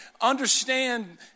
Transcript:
understand